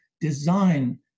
design